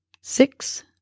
Six